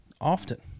often